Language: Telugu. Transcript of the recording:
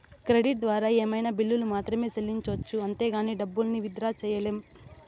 క్రెడిట్ ద్వారా ఏమైనా బిల్లుల్ని మాత్రమే సెల్లించొచ్చు అంతేగానీ డబ్బుల్ని విత్ డ్రా సెయ్యలేం